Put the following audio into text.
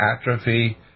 atrophy